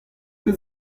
ket